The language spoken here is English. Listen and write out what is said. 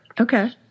Okay